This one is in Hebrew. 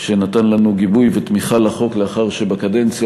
שנתן לנו גיבוי ותמיכה בחוק לאחר שבקדנציה